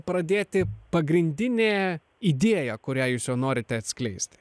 pradėti pagrindinė idėja kurią jūs juo norite atskleisti